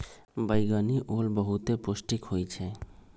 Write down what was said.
बइगनि ओल बहुते पौष्टिक होइ छइ